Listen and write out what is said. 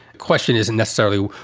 question isn't necessarily.